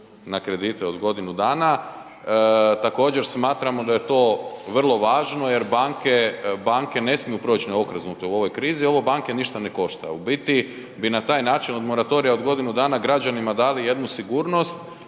na kredite od godinu dana, također smatramo da je to vrlo važno jer banke, banke ne smiju proć neokrznuto u ovoj krizi, ovo banke ništa ne košta. U biti bi na taj način od moratorija od godinu dana građanima dali jednu sigurnosti